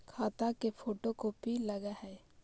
खाता के photocopy लगहै?